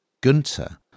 Gunther